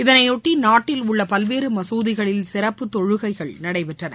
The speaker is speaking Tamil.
இதனையொட்டி நாட்டில் உள்ள பல்வேறு மசூதிகளில் சிறப்பு தொலுகைகள் நடைபெற்றன